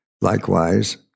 Likewise